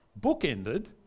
bookended